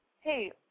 hey